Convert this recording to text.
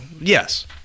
Yes